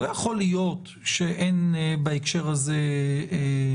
לא יכול להיות שאין בהקשר הזה חריג.